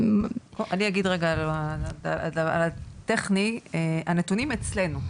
אני אגיד רגע על הטכני, הנתונים אצלנו.